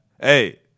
Hey